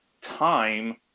time